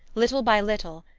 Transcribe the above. little by little,